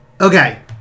Okay